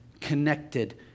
connected